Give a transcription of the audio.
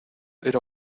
era